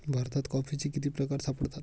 भारतात कॉफीचे किती प्रकार सापडतात?